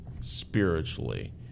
spiritually